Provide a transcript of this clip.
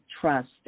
trust